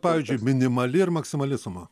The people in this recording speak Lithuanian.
pavyzdžiui minimali ir maksimali suma